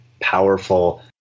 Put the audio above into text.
powerful